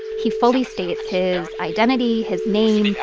he fully states his identity, his name,